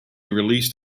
released